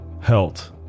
health